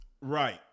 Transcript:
right